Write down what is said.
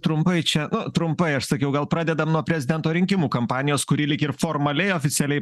trumpai čia nu trumpai aš sakiau gal pradedam nuo prezidento rinkimų kampanijos kuri lyg ir formaliai oficialiai